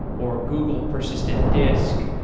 or google persistent disk,